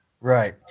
Right